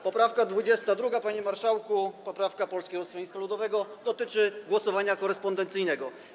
Poprawka 22., panie marszałku, poprawka Polskiego Stronnictwa Ludowego, dotyczy głosowania korespondencyjnego.